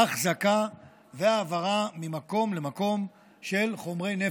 החזקה והעברה ממקום למקום של חומרי נפץ,